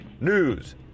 news